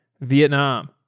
Vietnam